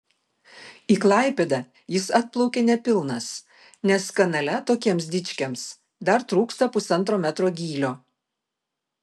į klaipėdą jis atplaukė nepilnas nes kanale tokiems dičkiams dar trūksta pusantro metro gylio